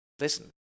listen